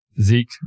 Zeke